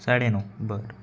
साडे नऊ बरं